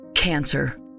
cancer